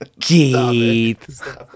Keith